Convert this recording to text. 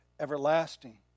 everlasting